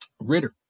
Ritter